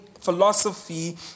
philosophy